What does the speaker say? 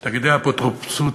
תאגידי האפוטרופסות,